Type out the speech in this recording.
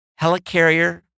Helicarrier